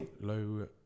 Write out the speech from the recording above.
Low